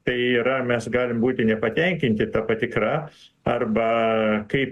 tai yra mes galim būti nepatenkinti ta patikra arba kaip